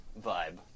vibe